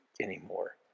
anymore